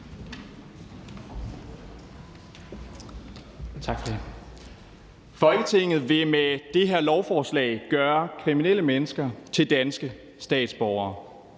Folketinget vil med det her lovforslag gøre kriminelle mennesker til danske statsborgere.